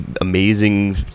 amazing